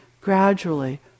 gradually